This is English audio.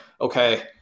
okay